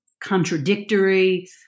contradictory